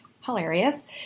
hilarious